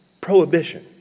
prohibition